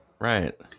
Right